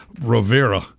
Rivera